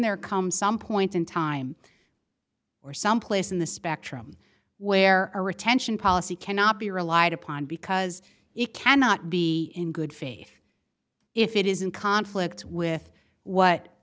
there come some point in time or someplace in the spectrum where a retention policy cannot be relied upon because it cannot be in good faith if it is in conflict with